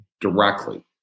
directly